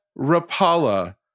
Rapala